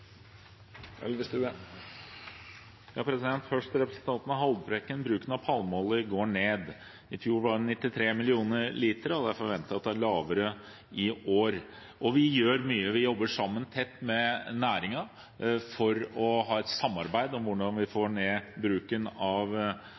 Først til representanten Haltbrekken: Bruken av palmeolje går ned. I fjor var den på 93 millioner liter, og det er forventet at tallet er lavere i år. Vi gjør mye. Vi jobber tett sammen med næringen om hvordan vi får ned bruken av palmeolje. Vi har fått på plass en veileder fra Difi om hvordan vi